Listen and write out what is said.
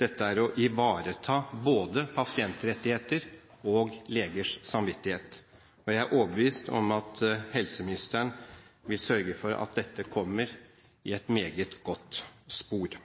dette er å ivareta både pasientrettigheter og legers samvittighet. Jeg er overbevist om at helseministeren vil sørge for at dette kommer i et meget godt spor.